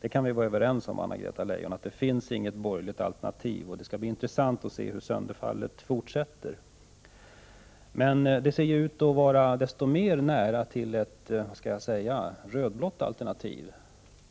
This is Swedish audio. Vi kan vara överens om att det inte finns något borgerligt alternativ. Det skall bli intressant att se hur sönderfallet fortskrider. Men det ser ut att vara desto närmare till ett rödblått alternativ.